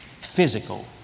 Physical